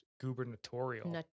gubernatorial